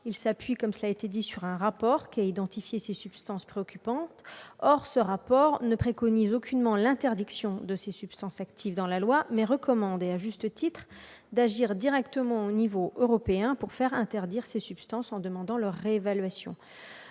Ils s'appuient, comme cela a été dit, sur un rapport qui a identifié ces substances préoccupantes. Or ce rapport ne préconise nullement l'interdiction de ces substances actives par la loi. Il recommande, à juste titre, d'agir directement à l'échelon européen pour les faire interdire en demandant leur réévaluation.